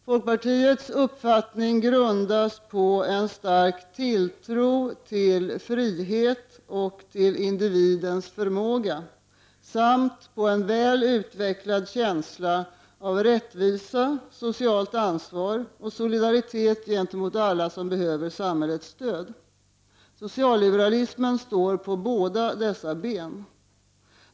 Folkpartiets uppfattning grundas på en stark tilltro till frihet och till individens förmåga samt på en väl utvecklad känsla av rättvisa, socialt ansvar och solidaritet gentemot alla som behöver samhällets stöd. Socialliberalismen står på båda dessa ben.